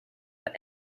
but